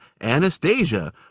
anastasia